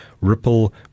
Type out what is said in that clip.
Ripple